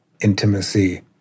Intimacy